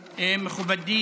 הבאושים.